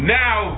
now